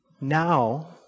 Now